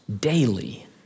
daily